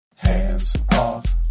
Hands-off